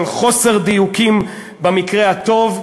על חוסר דיוקים במקרה הטוב,